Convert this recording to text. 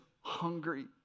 hungry